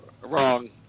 wrong